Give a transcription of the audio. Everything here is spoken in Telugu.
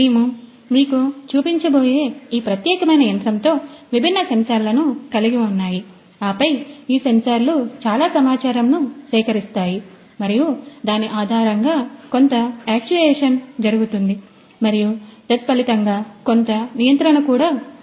మేము మీకు చూపించబోయే ఈ ప్రత్యేకమైన యంత్రంతో విభిన్న సెన్సార్లను కలిగి ఉన్నాయి ఆపై ఈ సెన్సార్లు చాలా సమాచారమును సేకరిస్తాయి మరియు దాని ఆధారంగా కొంత యాక్చుయేషన్ జరుగుతుంది మరియు తత్ఫలితంగా కొంత నియంత్రణ కూడా ఉంటుంది